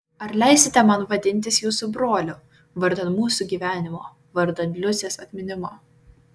ar leisite man vadintis jūsų broliu vardan mūsų gyvenimo vardan liusės atminimo